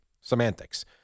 Semantics